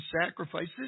sacrifices